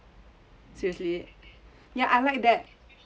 seriously ya I like that